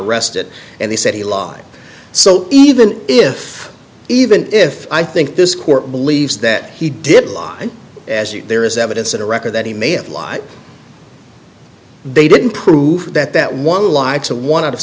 arrested and he said he lied so even if even if i think this court believes that he did lie as you there is evidence in a record that he may have lied they didn't prove that that one lie to one out of